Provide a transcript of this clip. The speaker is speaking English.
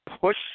push